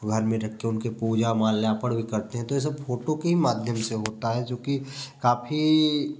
घर में रख के उनकी पूजा माल्यार्पण भी करते हैं तो ये सब फोटो के ही माध्यम से होता है जोकि काफ़ी